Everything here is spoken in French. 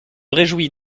réjouis